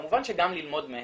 כמובן שגם ללמוד מהם.